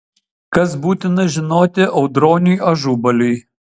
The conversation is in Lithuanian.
kas būtina žinoti audroniui ažubaliui